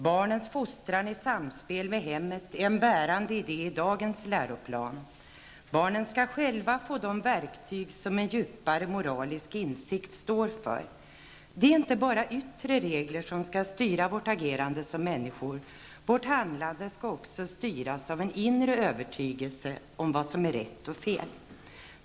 Barnens fostran i samspel med hemmen är en bärande idé i dagens läroplan. Barnen skall själva få de verktyg som en djupare moralisk insikt står för. Det är inte bara yttre regler som skall styra vårt agerande som människor. Vårt handlande skall också styras av en inre övertygelse om vad som är rätt och fel.